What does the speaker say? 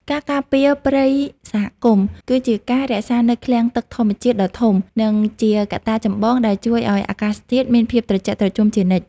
ការការពារព្រៃសហគមន៍គឺជាការរក្សានូវឃ្លាំងទឹកធម្មជាតិដ៏ធំ និងជាកត្តាចម្បងដែលជួយឱ្យអាកាសធាតុមានភាពត្រជាក់ត្រជុំជានិច្ច។